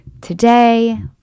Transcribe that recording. today